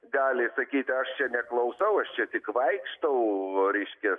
gali sakyti aš čia neklausau aš čia tik vaikštau reiškias